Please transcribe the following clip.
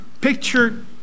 picture